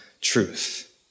truth